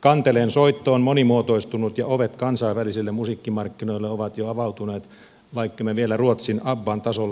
kanteleen soitto on monimuotoistunut ja ovet kansainvälisille musiikkimarkkinoille ovat jo avautuneet vaikkemme vielä ruotsin abban tasolla olekaan